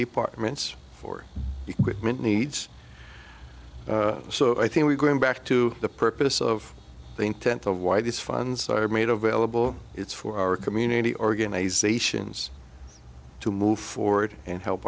departments for equipment needs so i think we're going back to the purpose of the intent of why these funds are made available it's for our community organizations to move forward and help